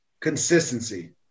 consistency